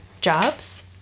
jobs